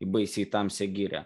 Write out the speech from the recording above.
į baisiai tamsią girią